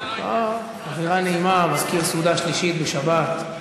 אווירה נעימה, מזכיר סעודה שלישית בשבת.